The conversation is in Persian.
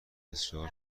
بسیار